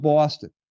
Boston